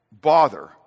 bother